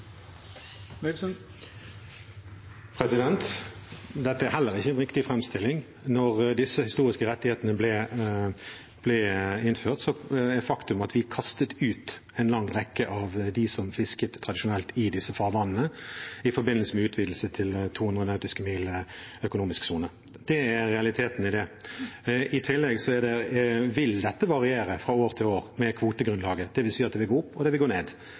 Dette er heller ikke en riktig framstilling. Faktum er at da disse historiske rettighetene ble innført, kastet vi ut en lang rekke av dem som fisket i disse farvannene tradisjonelt, i forbindelse med utvidelsen til en økonomisk sone på 200 nautiske mil. Det er realiteten i det. I tillegg vil dette variere fra år til år med kvotegrunnlaget. Det vil si at det vil gå opp, og det vil gå ned,